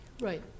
Right